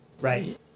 Right